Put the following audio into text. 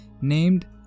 named